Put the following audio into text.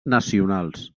nacionals